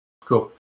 cool